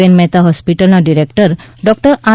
N Mehta હોસ્પિટલના director doctor R